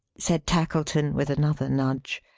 said tackleton, with another nudge.